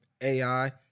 AI